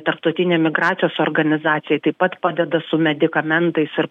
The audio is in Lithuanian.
tarptautinė migracijos organizacija taip pat padeda su medikamentais ir